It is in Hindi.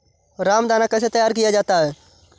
रामदाना कैसे तैयार किया जाता है?